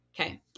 Okay